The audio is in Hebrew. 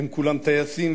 הם כולם טייסים,